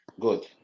Good